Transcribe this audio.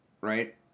Right